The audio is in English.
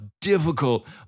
difficult